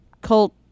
cult